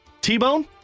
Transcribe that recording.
T-Bone